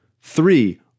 Three